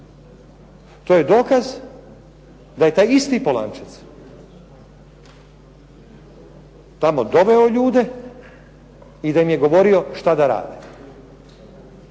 to je dokaz da je taj isti Polančec tamo doveo ljude, i da im je govorio šta da rade.